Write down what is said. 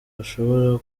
bashobora